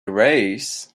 race